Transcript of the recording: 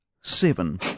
seven